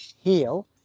heal